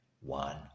one